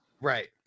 Right